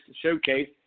Showcase